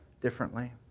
differently